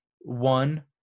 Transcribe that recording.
one